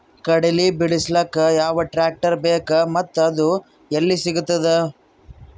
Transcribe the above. ಕಡಲಿ ಬಿಡಿಸಲಕ ಯಾವ ಟ್ರಾಕ್ಟರ್ ಬೇಕ ಮತ್ತ ಅದು ಯಲ್ಲಿ ಸಿಗತದ?